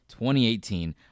2018